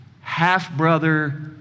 half-brother